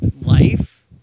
life